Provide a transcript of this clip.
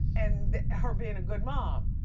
and her being a good mom.